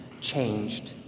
changed